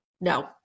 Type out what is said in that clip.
No